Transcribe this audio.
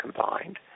combined